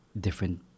different